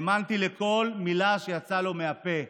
האמנתי לכל מילה שיצאה לו מהפה.